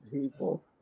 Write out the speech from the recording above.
people